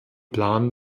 plan